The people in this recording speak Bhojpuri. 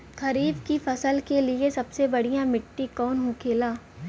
खरीफ की फसल के लिए सबसे बढ़ियां मिट्टी कवन होखेला?